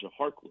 Harkless